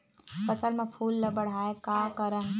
फसल म फूल ल बढ़ाय का करन?